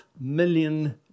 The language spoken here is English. million